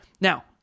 now